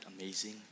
amazing